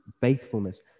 faithfulness